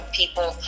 people